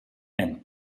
and